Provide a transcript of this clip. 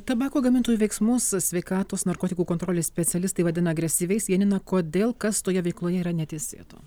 tabako gamintojų veiksmus sveikatos narkotikų kontrolės specialistai vadina agresyviais janina kodėl kas toje veikloje yra neteisėto